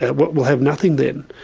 ah but we'll have nothing then.